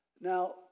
Now